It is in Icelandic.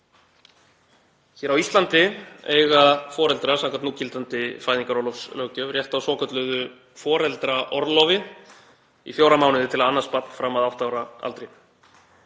Hér á Íslandi eiga foreldrar samkvæmt núgildandi fæðingarorlofslöggjöf rétt á svokölluðu foreldraorlofi í fjóra mánuði til að annast barn fram að átta ára aldri.